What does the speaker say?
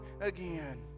again